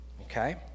Okay